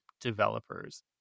developers